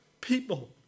people